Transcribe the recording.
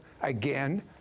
Again